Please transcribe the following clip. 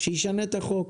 שישנה את החוק,